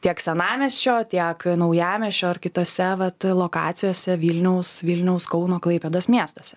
tiek senamiesčio tiek naujamiesčio ar kitose vat lokacijose vilniaus vilniaus kauno klaipėdos miestuose